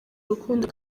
rukundo